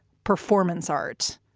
performance art.